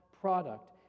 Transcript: product